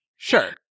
Sure